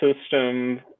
system